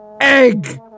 Egg